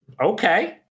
Okay